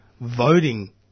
voting